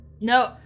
No